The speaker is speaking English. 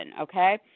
okay